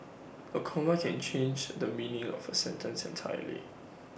A comma can change the meaning of A sentence entirely